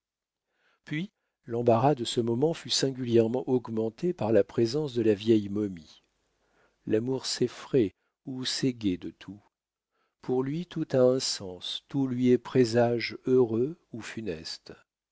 puis l'embarras de ce moment fut singulièrement augmenté par la présence de la vieille momie l'amour s'effraie ou s'égaie de tout pour lui tout a un sens tout lui est présage heureux ou funeste